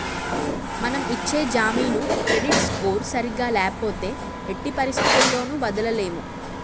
మనం ఇచ్చే జామీను క్రెడిట్ స్కోర్ సరిగ్గా ల్యాపోతే ఎట్టి పరిస్థతుల్లోను వదలలేము